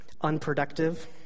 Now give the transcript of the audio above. unproductive